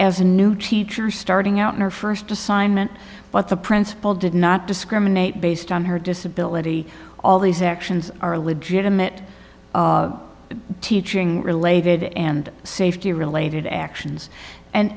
as a new teacher starting out in her first assignment but the principal did not discriminate based on her disability all these actions are legitimate teaching related and safety related actions and